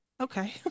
Okay